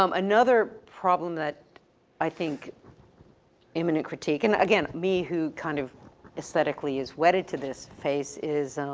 um another problem that i think immanent critique, and again, me who kind of aesthetically is wedded to this face is,